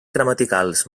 gramaticals